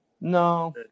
No